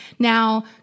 Now